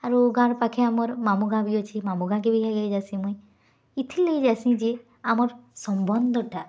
ଆରୁ ଗାଁର୍ ପାଖେ ଆମର୍ ମାମୁଁ ଗାଁ ବି ଅଛି ମାମୁଁ ଗାଁକେ ବି ଯାଏସି ମୁଇଁ ଇଥିର୍ ଲାଗି ଯାଏସିଁ ଯେ ଆମର୍ ସମ୍ବନ୍ଧଟା